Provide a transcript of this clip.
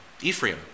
Ephraim